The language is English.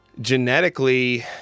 genetically